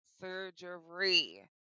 surgery